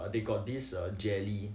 they got this err jelly